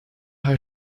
how